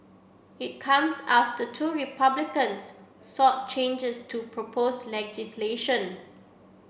it comes after two Republicans sought changes to propose legislation